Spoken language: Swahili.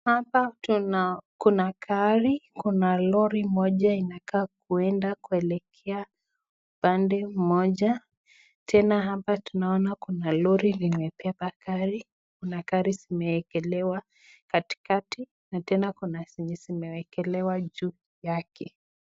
Hapa kuna gari, kuna lori moja inakaa kuenda kuelekea upande mmoja. Tena hapa tunaona kuna lori limebeba gari. Kuna gari zimeekelewa katikati na tena kuna zenye zimewekelewa juu yake.